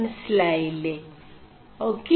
മനസിലായിേ ഓേ